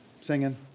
singing